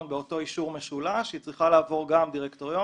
באותו אישור משולש - אלא גם על ידי דירקטוריון,